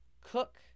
cook